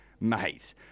mate